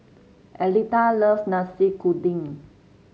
Aletha loves Nasi Kuning